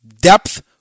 depth